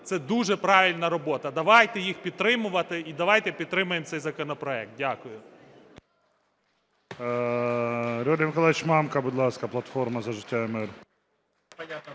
це дуже правильна робота. Давайте їх підтримувати і давайте підтримаємо цей законопроект. Дякую.